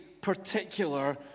particular